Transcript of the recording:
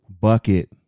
Bucket